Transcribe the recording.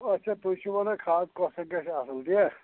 اچھا تُہۍ چھُو وَنان کھاد کۄس سا گژھِ اصل تِیاہ